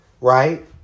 right